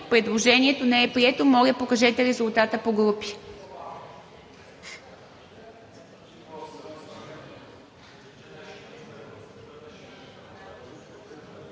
Предложението не е прието. Моля, покажете резултата по групи.